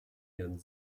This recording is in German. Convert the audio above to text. ihren